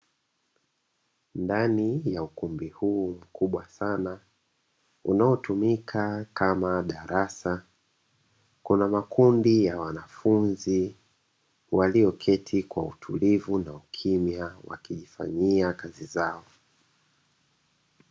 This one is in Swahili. Ndani ya ukumbi huu mkubwa sana unaotumika kama darasa, kuna makundi ya wanafunzi walioketi kwa utulivu na ukimya wakijifanyia kazi zao.